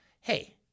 hey